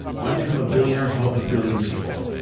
want to become a billionaire? help a billion people.